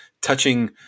touching